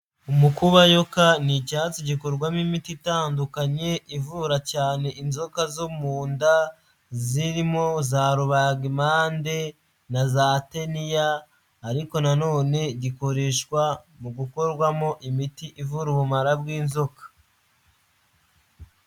Umukubayoka ni icyatsi gikorwamo imiti itandukanye ivura cyane inzoka zo mu nda, zirimo za rubagimpande na za teniya ariko na none gikoreshwa mu gukorwamo imiti ivura ubumara bw'inzoka.